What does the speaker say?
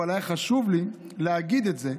אבל היה חשוב לי להגיד את זה,